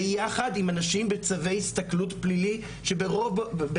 ביחד עם אנשים בצווי הסתכלות פלילי שבמרבית